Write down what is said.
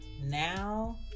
now